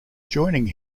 joining